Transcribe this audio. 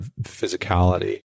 physicality